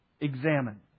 Examine